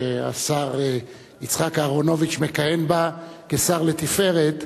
שהשר יצחק אהרונוביץ מכהן בה כשר לתפארת,